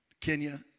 Kenya